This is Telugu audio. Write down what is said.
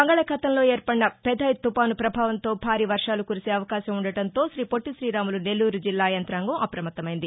బంగాళాఖాతంలో ఏర్పడిన పెథాయ్ తుఫాను ప్రభావంతో భారీ వర్షాలు కురిసే అవకాశం ఉండటంతో శ్రీ పొట్లి శ్రీరాములు నెల్లూరు జిల్లా యంతాంగం అప్రమత్తమైంది